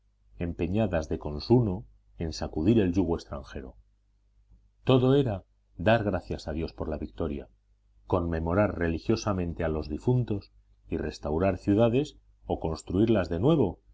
empeñadas de consuno en sacudir el yugo extranjero todo era dar gracias a dios por la victoria conmemorar religiosamente a los difuntos y restaurar ciudades o construirlas de nuevo